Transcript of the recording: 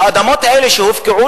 האדמות האלה שהופקעו,